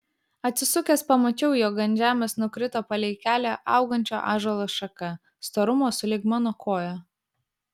atsisukęs pamačiau jog ant žemės nukrito palei kelią augančio ąžuolo šaka storumo sulig mano koja